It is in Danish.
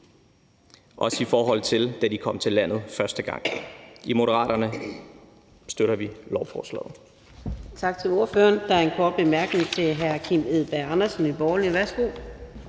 ses i forhold til dengang, da de kom til landet første gang. I Moderaterne støtter vi lovforslaget.